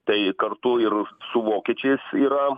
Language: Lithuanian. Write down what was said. tai kartu ir su vokiečiais yra